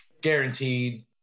Guaranteed